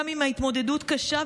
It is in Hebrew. גם אם ההתמודדות קשה,